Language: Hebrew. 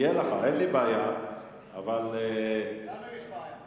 יהיה לך, אין לי בעיה, אבל, לנו יש בעיה.